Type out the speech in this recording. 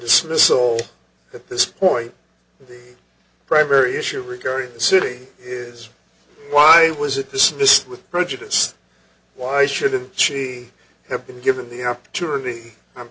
dismissal at this point the primary issue regarding the city is why was it dismissed with prejudice why shouldn't she have been given the opportunity